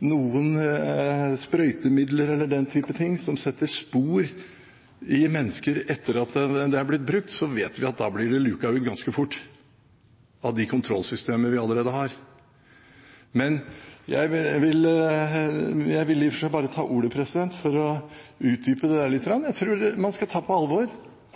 noen sprøytemidler eller den typen ting som setter spor i mennesker etter at det er blitt brukt, så vet vi at det blir luket ut ganske fort av de kontrollsystemene vi allerede har. Jeg ville bare ta ordet for å utdype dette lite grann. Jeg tror man skal ta på alvor